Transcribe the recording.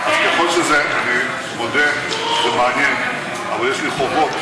אני מודה, זה מעניין, אבל יש לי חובות.